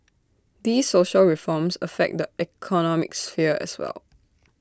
these social reforms affect the economic sphere as well